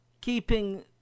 keeping